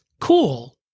cool